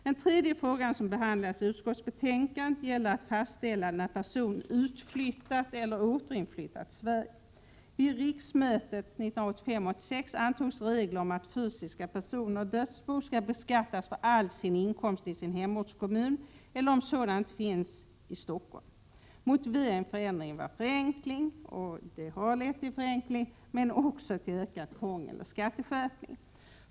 Den tredje fråga som behandlas i utskottsbetänkandet gäller hur man skall fastställa när en person har utflyttat från Sverige eller återinflyttat till Sverige. Vid riksmötet 1985/86 antogs regler om att fysiska personer och dödsbon skall beskattas för all inkomst i sin hemortskommun eller, om sådan inte finns, i Stockholm. Motiveringen för ändringen var förenkling. Den har lett till förenklingar, men resultatet blev i vissa fall också krångel och skatteskärpning.